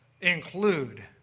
include